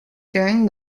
during